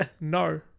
No